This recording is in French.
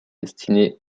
destiné